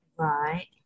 Right